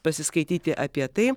pasiskaityti apie tai